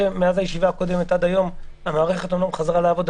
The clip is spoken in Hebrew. שמאז הישיבה הקודמת עד היום המערכת אומנם חזרה לעבוד,